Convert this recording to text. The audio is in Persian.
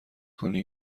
کنی